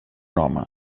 home